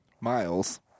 Miles